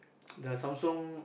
the Samsung